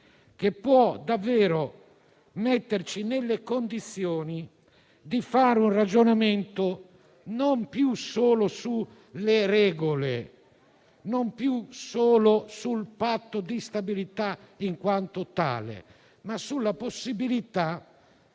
che può davvero metterci nelle condizioni di fare un ragionamento non più solo sulle regole, non più solo sul patto di stabilità in quanto tale, ma sulla possibilità,